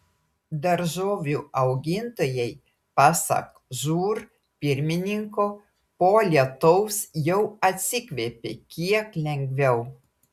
daržovių augintojai pasak žūr pirmininko po lietaus jau atsikvėpė kiek lengviau